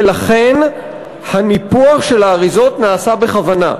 ולכן הניפוח של האריזות נעשה בכוונה.